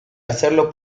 hacerlo